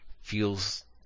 feels